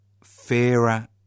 fairer